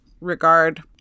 regard